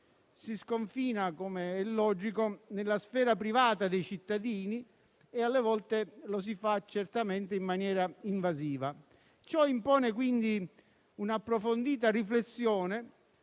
si sconfina, come è logico, nella sfera privata dei cittadini e, alle volte, lo si fa certamente in maniera invasiva. Ciò impone, quindi, un'approfondita riflessione